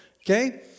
okay